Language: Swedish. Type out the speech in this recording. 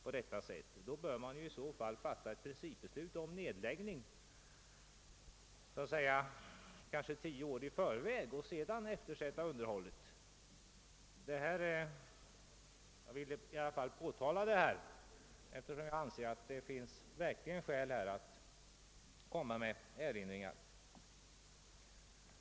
Om så skall ske, bör man först ha fattat ett principbeslut om nedläggning kanske tio år i förväg och först därefter eftersätta underhållet. Jag har velat påtala detta, eftersom jag anser att det verkligen här finns skäl att framföra erinringar.